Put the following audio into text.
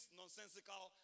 nonsensical